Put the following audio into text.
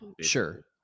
sure